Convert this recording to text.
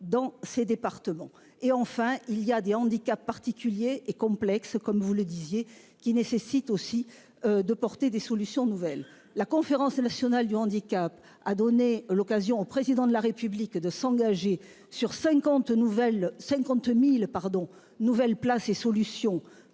dans ces départements et enfin il y a des handicaps particuliers et complexe, comme vous le disiez, qui nécessite aussi. De porter des solutions nouvelles. La conférence nationale du handicap a donné l'occasion au président de la République de s'engager sur 50 nouvelles 50.000 pardon